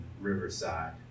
Riverside